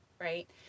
Right